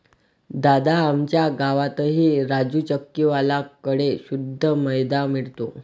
दादा, आमच्या गावातही राजू चक्की वाल्या कड़े शुद्ध मैदा मिळतो